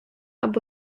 або